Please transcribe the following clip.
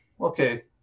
okay